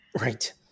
Right